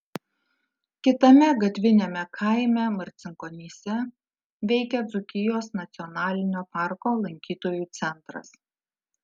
kitame gatviniame kaime marcinkonyse veikia dzūkijos nacionalinio parko lankytojų centras